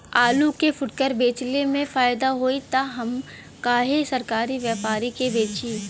आलू के फूटकर बेंचले मे फैदा होई त हम काहे सरकारी व्यपरी के बेंचि?